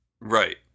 Right